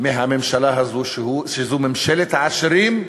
מהממשלה הזאת, שהיא ממשלת העשירים,